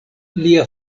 lia